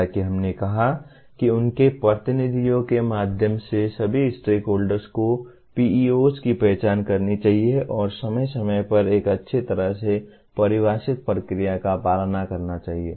जैसा कि हमने कहा कि उनके प्रतिनिधियों के माध्यम से सभी स्टेकहोल्डर्स को PEOs की पहचान करनी चाहिए और समय समय पर एक अच्छी तरह से परिभाषित प्रक्रिया का पालन करना चाहिए